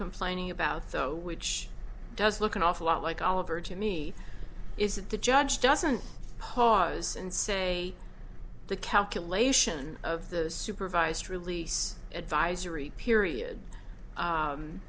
complaining about though which does look an awful lot like oliver to me is that the judge doesn't pause and say the calculation of the supervised release advisory period